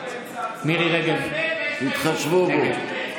תתחשבו בו.